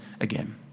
again